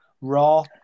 raw